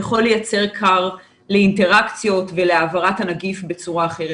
יכול לייצר כר לאינטראקציות ולהעברת הנגיף בצורה אחרת.